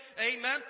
Amen